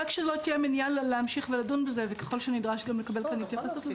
רק שלא תהיה מניעה להמשיך ולדון בזה וככל שנדרש גם לקבל כאן התייחסות.